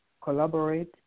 collaborate